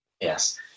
Yes